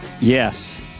Yes